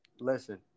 listen